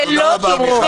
אוקיי, תודה רבה, מיכל.